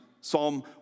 Psalm